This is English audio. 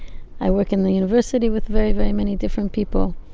i work in the university with very, very many different people.